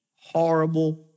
horrible